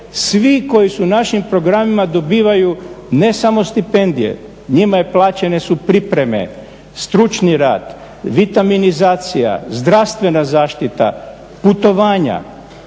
svi koji su u našim programima dobivaju ne samo stipendije, njima plaćene su pripreme, stručni rad, vitaminizacija, zdravstvena zaštita, putovanja,